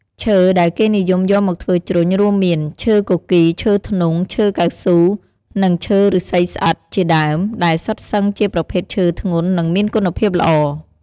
ឈើដែលគេនិយមយកមកធ្វើជ្រញ់រួមមាន ឈើគគី ឈើធ្នង់ ឈើកៅស៊ូ និងឈើឫស្សីស្អិត ជាដើម ដែលសុទ្ធសឹងជាប្រភេទឈើធ្ងន់ និងមានគុណភាពល្អ។